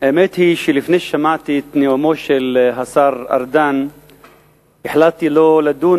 האמת שלפני ששמעתי את נאומו של השר ארדן החלטתי לא לדון